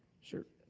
sure.